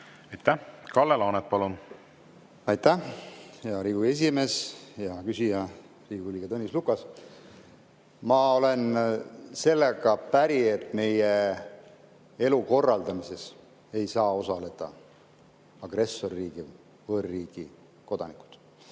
Aitäh! Kalle Laanet, palun! Aitäh, hea Riigikogu esimees! Hea küsija, Riigikogu liige Tõnis Lukas! Ma olen sellega päri, et meie elu korraldamises ei saa osaleda agressorriigi, võõrriigi kodanikud.